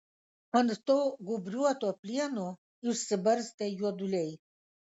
ant to gūbriuoto plieno išsibarstę juoduliai